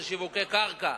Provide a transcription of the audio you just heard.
שהוא שיווקי קרקע.